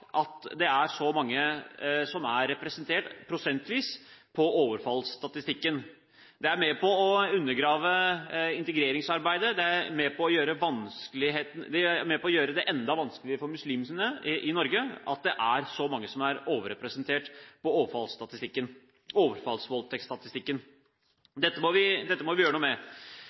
at det er så mange som er representert prosentvis på overfallsstatistikken. Det er med på å undergrave integreringsarbeidet, og det er med på å gjøre det enda vanskeligere for muslimene i Norge at det er så mange som er overrepresentert på overfallsvoldteksstatistikken. Dette må vi gjøre noe med.